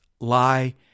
lie